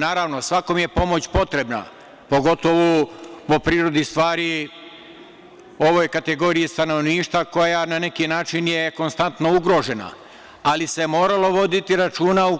Naravno, svakome je pomoć potrebna, pogotovo po prirodi stvari ovoj kategoriji stanovništva koja je, na neki način, konstantno ugrožena, ali se moralo voditi računa u